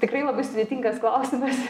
tikrai labai sudėtingas klausimas